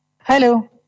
Hello